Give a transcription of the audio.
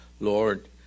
Lord